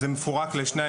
זה מפורק לשניים,